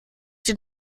den